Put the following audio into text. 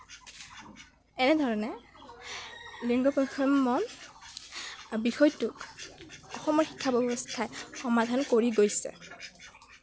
এনেধৰণে লিংগ বৈষম্য বিষয়টোক অসমৰ শিক্ষা ব্যৱস্থাই সমাধান কৰি গৈছে